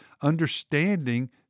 understanding